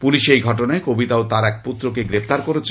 police এই ঘটনায় কবিতা ও তার এক পুত্রকে গ্রেপ্তার করছে